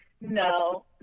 no